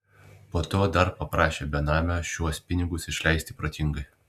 po to dar paprašė benamio šiuos pinigus išleisti protingai